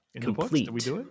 Complete